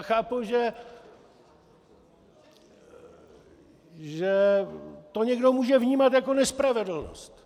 Chápu, že to někdo může vnímat jako nespravedlnost.